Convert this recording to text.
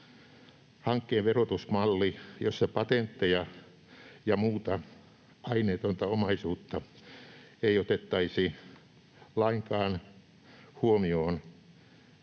Hankkeen verotusmalli, jossa patentteja ja muuta aineetonta omaisuutta ei otettaisi lainkaan huomioon